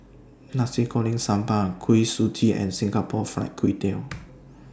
Nasi Goreng Sambal Kuih Suji and Singapore Fried Kway Tiao